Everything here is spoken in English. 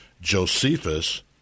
Josephus